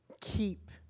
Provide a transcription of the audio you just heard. keep